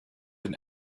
and